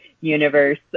universe